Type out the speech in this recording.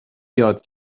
یاد